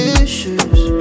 issues